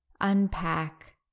unpack